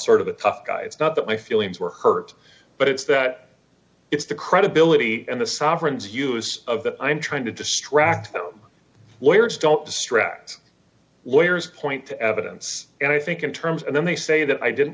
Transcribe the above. sort of a tough guy it's not that my feelings were hurt but it's that it's the credibility and the sovereign's use of that i'm trying to distract lawyers don't distract lawyers point to evidence and i think in terms and then they say that i didn't